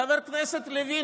חבר הכנסת לוין,